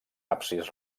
absis